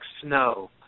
snow